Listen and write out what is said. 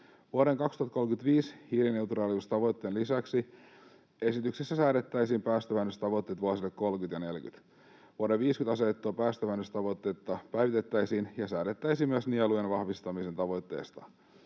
Vuoden 2035 hiilineutraaliustavoitteen lisäksi esityksessä säädettäisiin päästövähennystavoitteet vuosille 30—40. Vuodelle 50 asetettua päästövähennystavoitetta päivitettäisiin ja säädettäisiin myös nielujen vahvistamisen tavoitteista.